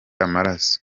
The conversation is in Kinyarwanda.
amaraso